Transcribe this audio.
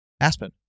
Aspen